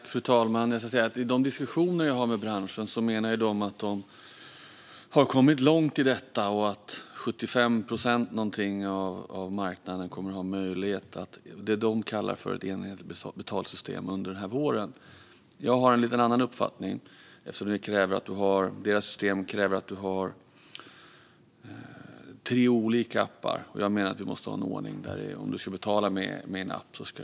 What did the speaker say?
Fru talman! I de diskussioner jag har med branschen menar de att de har kommit långt i detta och att omkring 75 procent av marknaden kommer att ha möjlighet att omfattas av det de kallar för ett enhetligt betalningssystem under våren. Jag har en lite annan uppfattning eftersom deras system kräver att du har tre olika appar. Jag menar att vi snarare måste ha en ordning där du ska kunna betala med en app.